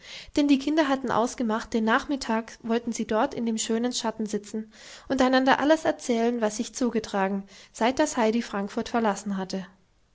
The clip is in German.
denn die kinder hatten ausgemacht den nachmittag wollten sie dort in dem schönen schatten sitzen und einander alles erzählen was sich zugetragen seit das heidi frankfurt verlassen hatte